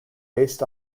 based